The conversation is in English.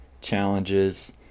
challenges